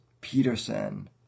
Peterson